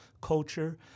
culture